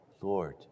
Lord